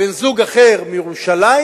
בן-זוג אחר מירושלים,